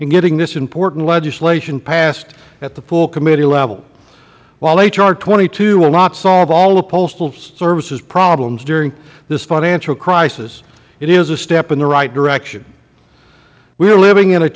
in getting this important legislation passed at the full committee level while h r twenty two will not solve all the postal service's problems during this financial crisis it is a step in the right direction we are living in